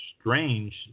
strange